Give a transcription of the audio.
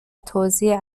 توزیع